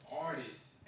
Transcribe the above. artists